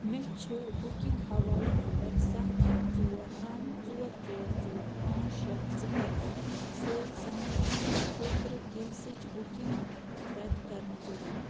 مےٚ چھِ بُکِنٛگ حوالہٕ نمبر سَتھ اکھ ژور نَو ژور ژور ژور پانٛژھ شےٚ صِفر اکھ سۭتۍ صنعتی خٲطرٕ گیسٕچ بُکنٛگ رد کرنٕچ ضروٗرت